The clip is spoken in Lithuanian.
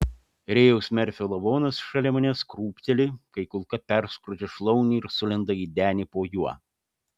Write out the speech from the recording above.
rėjaus merfio lavonas šalia manęs krūpteli kai kulka perskrodžia šlaunį ir sulenda į denį po juo